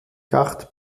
carte